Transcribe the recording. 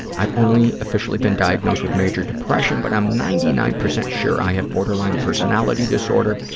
i've only officially been diagnosed with major depression, but i'm ninety nine percent sure i have borderline personality disorder,